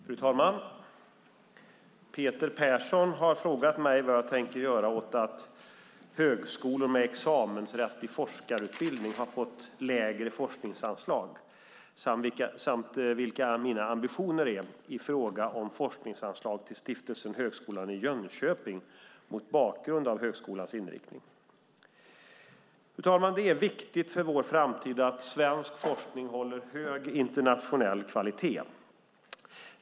Fru talman! Peter Persson har frågat mig vad jag tänker göra åt att högskolor med examensrätt i forskarutbildning har fått lägre forskningsanslag samt vilka mina ambitioner är i fråga om forskningsanslag till Stiftelsen Högskolan i Jönköping mot bakgrund av högskolans inriktning. Fru talman! Det är viktigt för vår framtid att svensk forskning håller hög internationell kvalitet.